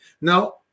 Now